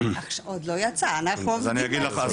עוד לא יצא, אנחנו עובדים על זה.